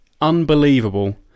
unbelievable